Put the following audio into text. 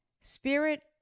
Spirit